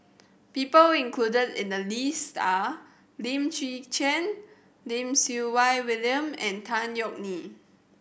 people included in the list are Lim Chwee Chian Lim Siew Wai William and Tan Yeok Nee